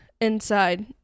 inside